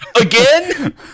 Again